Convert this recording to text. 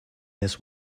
this